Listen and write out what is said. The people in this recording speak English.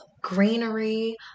greenery